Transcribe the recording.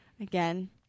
Again